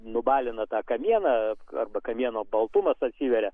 nubalina tą kamieną arba kamieno baltumas atsiveria